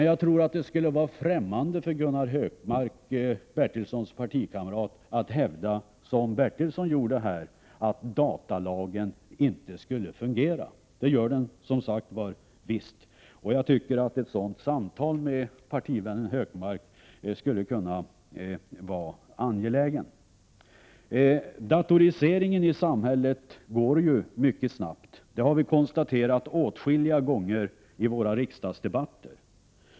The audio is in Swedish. Jag tror att det skulle vara främmande för Gunnar Hökmark att som Stig Bertilsson hävda att datalagen inte skulle fungera. Det gör den visst. Jag tycker att ett sådant samtal med partivännen Hökmark skulle vara angeläget. Datoriseringen i samhället går mycket snabbt. Det har vi konstaterat åtskilliga gånger i våra riksdagsdebatter.